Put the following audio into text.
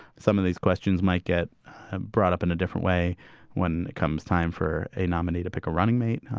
some of these questions might get brought up in a different way when it comes time for a nominee to pick a running mate,